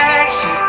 action